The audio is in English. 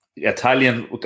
Italian